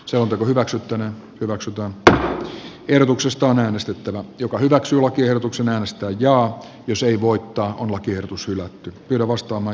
se on hyväksyttävä hyväksytään erotuksista on äänestettävä joka hyväksyy lakiehdotuksen äänestää jaa jos ei voittaa on lakiehdotus hylätty lavastama